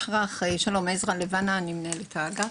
שמי לבנה עזרא, אני מנהלת האגף.